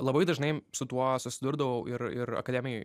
labai dažnai su tuo susidurdavau ir ir akademijoj